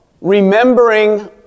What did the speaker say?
Remembering